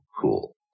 cool